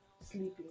sleeping